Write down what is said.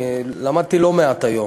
למדתי לא מעט היום,